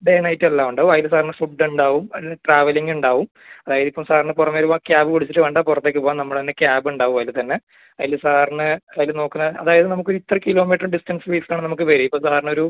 day night എല്ലാം ഉണ്ട് അതിൽ സാറിന് ഫുഡ് ഉണ്ടാവും അതിൽ ട്രാവലിംഗ് ഉണ്ടാവും അതായത് ഇപ്പോൾ സാറിന് പുറമേ വരുമ്പോൾ ക്യാബ് പിടിച്ചിട്ട് വേണ്ട പുറത്തേക്ക് പോവാൻ നമ്മളെ തന്നെ ക്യാബ് ഉണ്ടാവും അതിൽ തന്നെ അതിൽ സാറിന് അതിൽ നോക്കുന്ന അതായത് നമുക്ക് ഒരു ഇത്ര കിലോമീറ്ററ് ഡിസ്റ്റൻസ് ബേസ്ഡാണ് നമുക്ക് വരിക ഇപ്പോൾ സാറിന് ഒരു